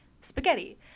spaghetti